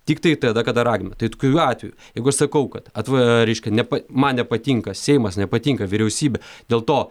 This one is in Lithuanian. tiktai tada kada ragina tai tokiu atveju jeigu aš sakau kad atva reiškia ne man nepatinka seimas nepatinka vyriausybė dėl to